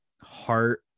heart